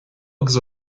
agus